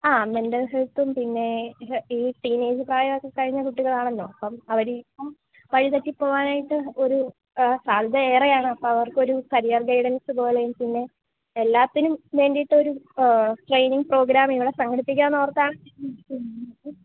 ആ മെൻറ്റൽ ഹെൽത്തും പിന്നെ ടീനേജ് പ്രായമൊക്കെ കഴിഞ്ഞ കുട്ടികളാണല്ലോ അപ്പം അവരിപ്പം വഴിതെറ്റി പോകാനായിട്ട് ഒരു സാധ്യതയേറെയാണ് അവർക്കൊരു കരിയർ ഗൈഡൻസും പോലെയും പിന്നെ എല്ലാത്തിനും വേണ്ടിയിട്ടൊരു ട്രെയിനിങ് പ്രോഗ്രാം ഇവിടെ സംഘടിപ്പിക്കാം എന്ന് ഓർത്താണ്